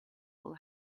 will